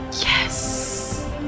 Yes